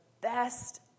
best